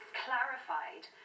clarified